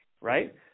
right